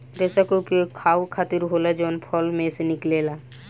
रेसा के उपयोग खाहू खातीर होला जवन फल में से निकलेला